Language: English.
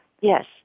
Yes